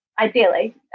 ideally